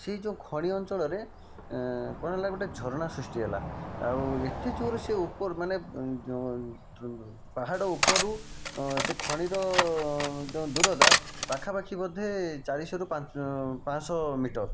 ସେହି ଯେଉଁ ଖଣି ଅଞ୍ଚଳରେ କଣ ହେଲା ଗୋଟିଏ ଝରଣା ସୃଷ୍ଟି ହେଲା ଆଉ ଏତେ ଜୋରରେ ସେ ଉପର ମାନେ ପାହାଡ଼ ଉପରୁ ସେ ଖଣିର ଯେଉଁ ଦୂରତା ପାଖାପାଖି ବୋଧେ ଚାରିଶହରୁ ପାଞ୍ଚ ପାଞ୍ଚଶହ ମିଟର